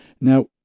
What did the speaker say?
Now